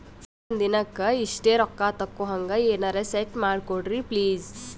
ಒಂದಿನಕ್ಕ ಇಷ್ಟೇ ರೊಕ್ಕ ತಕ್ಕೊಹಂಗ ಎನೆರೆ ಸೆಟ್ ಮಾಡಕೋಡ್ರಿ ಪ್ಲೀಜ್?